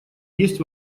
есть